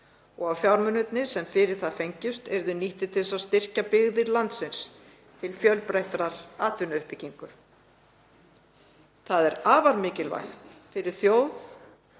og að fjármunirnir sem fyrir það fengjust yrðu nýttir til þess að styrkja byggðir landsins til fjölbreyttrar atvinnuuppbyggingar. Það er afar mikilvægt fyrir þjóð